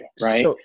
right